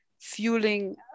fueling